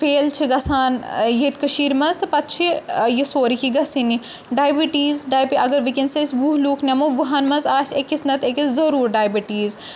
fail چھِ گژھان ییٚتہِ کٔشیٖر منٛز تہٕ پَتہٕ چھِ یہِ سورُے کینٛہہ گژھٲنی ڈایبِٹیٖز ڈایب اگر ونکیٚنَس أسۍ وُہ لوٗکھ نِمو وُہَن منٛز آسہِ أکِس نَتہٕ أکِس ضوٚروٗر ڈایبِٹیٖز